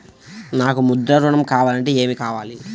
నాకు ముద్ర ఋణం కావాలంటే ఏమి కావాలి?